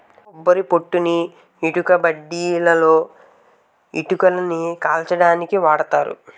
కొబ్బరి పొట్టుని ఇటుకబట్టీలలో ఇటుకలని కాల్చడానికి వాడతారు